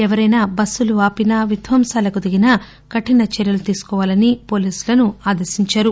ఎవరైనా బస్సులు ఆపినా విధ్వంసాలకు దిగినా కఠిన చర్యలను తీసుకోవాలని పోలీసులని ఆదేశించారు